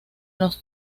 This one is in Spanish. los